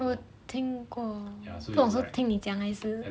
heard 听过不懂是听你讲还是